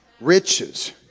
riches